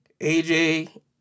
AJ